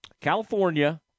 California